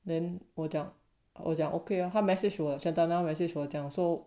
then 我讲我讲 okay ah 他 message chantana message 我讲说